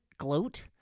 gloat